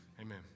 Amen